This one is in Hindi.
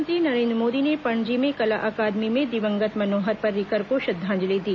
प्रधानमंत्री नरेन्द्र मोदी ने पणजी में कला अकादमी में दिवंगत मनोहर पर्रिकर को श्रद्धांजलि दी